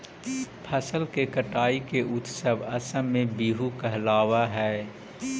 फसल के कटाई के उत्सव असम में बीहू कहलावऽ हइ